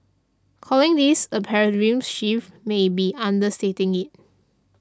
calling this a shift may be understating it